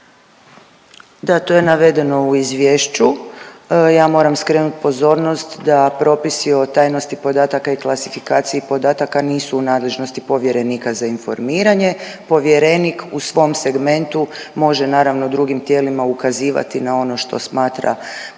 Da, to je navedeno u izvješću. Ja moram skrenuti pozornost da propisi o tajnosti podataka i klasifikaciji podataka nisu u nadležnosti povjerenika za informiranje. Povjerenik u svom segmentu može naravno drugim tijelima ukazivati na ono što smatra potrebnim,